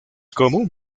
común